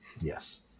Yes